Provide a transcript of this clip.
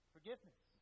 Forgiveness